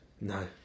No